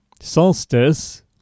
solstice